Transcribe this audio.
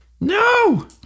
No